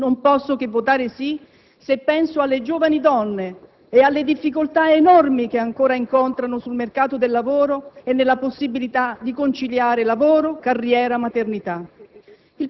Non posso che votare sì se penso alle giovani donne e alle difficoltà enormi che ancora incontrano sul mercato del lavoro e nella possibilità di conciliare lavoro, carriera, maternità.